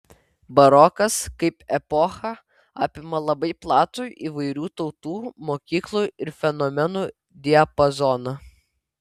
barokas kaip epocha apima labai platų įvairių tautų mokyklų ir fenomenų diapazoną